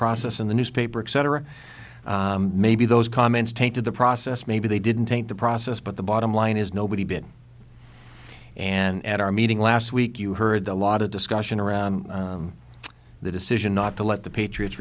process in the newspaper etc maybe those comments tainted the process maybe they didn't taint the process but the bottom line is nobody bit and at our meeting last week you heard a lot of discussion around the decision not to let the patriots